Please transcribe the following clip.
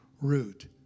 root